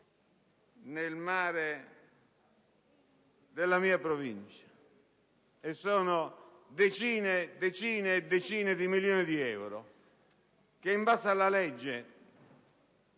nel mare della mia Provincia. Sono decine e decine di milioni di euro, che, in base alla legge,